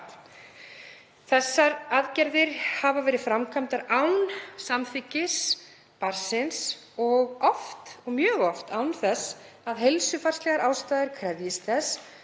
Þær aðgerðir hafa verið framkvæmdar án samþykkis barnsins og mjög oft án þess að heilsufarslegar ástæður krefjist þess